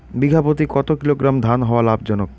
বিঘা প্রতি কতো কিলোগ্রাম ধান হওয়া লাভজনক?